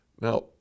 Now